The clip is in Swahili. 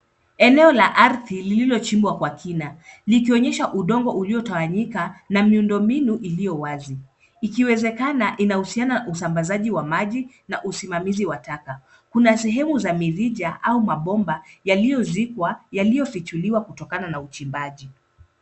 Eneo la ardhi lililo chimbwa kwa kina, likionyesha udongo uliotawanyika na miundo mbinu iliyo wazi. Ikiwezekana inahusiana na usambazaji wa maji na usimamizi wa taka. Kuna sehemu za mirija au mabomba yaliyo zikwa yaliyo fichuliwa kutokana na uchimbaji.